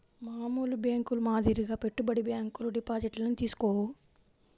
మామూలు బ్యేంకుల మాదిరిగా పెట్టుబడి బ్యాంకులు డిపాజిట్లను తీసుకోవు